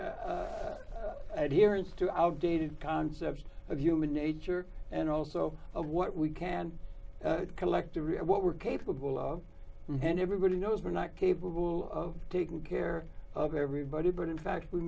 adherents to outdated concept of human nature and also of what we can collect a real what we're capable of and everybody knows we're not capable of taking care of everybody but in fact we